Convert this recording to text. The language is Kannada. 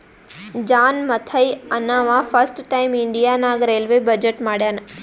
ಜಾನ್ ಮಥೈ ಅಂನವಾ ಫಸ್ಟ್ ಟೈಮ್ ಇಂಡಿಯಾ ನಾಗ್ ರೈಲ್ವೇ ಬಜೆಟ್ ಮಾಡ್ಯಾನ್